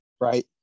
right